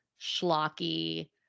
schlocky